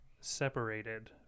separated